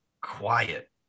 quiet